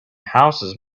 houses